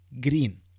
green